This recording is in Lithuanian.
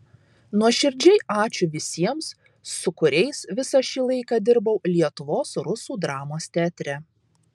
nuoširdžiai ačiū visiems su kuriais visą šį laiką dirbau lietuvos rusų dramos teatre